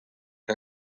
que